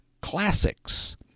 classics